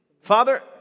Father